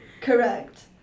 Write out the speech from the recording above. Correct